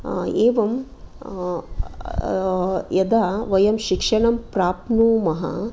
एवं यदा वयं शिक्षणं प्राप्नुमः